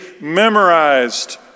memorized